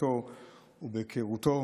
בהרגשתו ובהיכרותו,